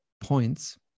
points